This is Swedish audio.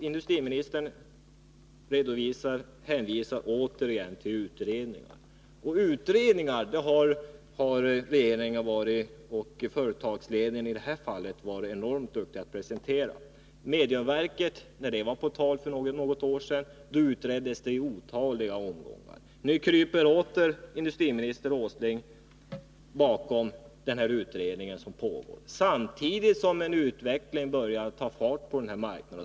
Industriministern hänvisar återigen till utredningen, och i det här fallet har regeringen och företagsledningen varit enormt duktiga att presentera utredningar. Mediumverket, när det var på tal för något år sedan, utreddes otaliga gånger. Nu kryper industriminister Åsling åter bakom den utredning som pågår samtidigt som en viss utveckling börjar att ta fart på den här marknaden.